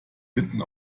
mitten